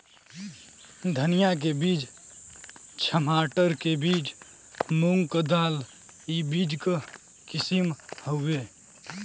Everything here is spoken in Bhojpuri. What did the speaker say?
धनिया के बीज, छमाटर के बीज, मूंग क दाल ई बीज क किसिम हउवे